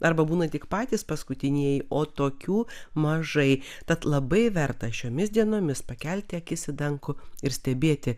arba būna tik patys paskutinieji o tokių mažai tad labai verta šiomis dienomis pakelti akis į dangų ir stebėti